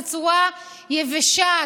בצורה יבשה,